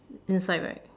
inside right